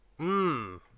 Mmm